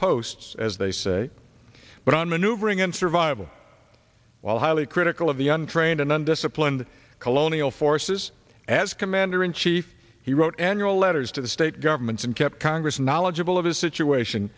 posts as they say but on maneuvering and survival while highly critical of the un trained and then disciplined colonial forces as commander in chief he wrote annual letters to the state governments and kept congress knowledgeable of his situation